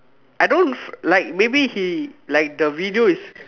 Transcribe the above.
I don't like maybe he like the video is